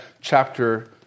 chapter